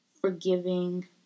forgiving